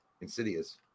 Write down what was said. insidious